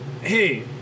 Hey